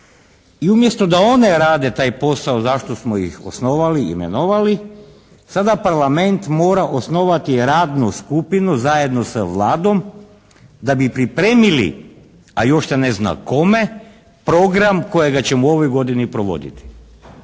i umjesto da one rade taj posao za što smo ih osnovali i imenovali, sada Parlament mora osnovati radnu skupinu zajedno sa Vladom da bi pripremili a još se ne zna kome program kojega ćemo u ovoj godini provoditi.